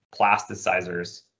plasticizers